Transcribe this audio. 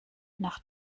nach